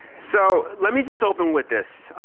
so let me just open with this.